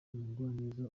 umugwaneza